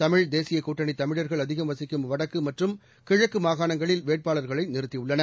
தமிழ் தேசிய கூட்டணி தமிழர்கள் அதிகம் வசிக்கும் வடக்கு மற்றும் கிழக்கு மாகாணங்களில் வேட்பாளர்களை நிறுத்தியுள்ளன